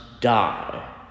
die